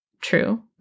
true